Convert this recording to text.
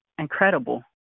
incredible